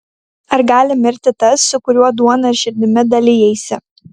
ar gali mirti tas su kuriuo duona ir širdimi dalijaisi